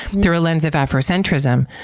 through a lens of afro-centrism,